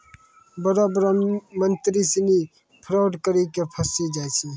बड़ो बड़ो मंत्री सिनी फरौड करी के फंसी जाय छै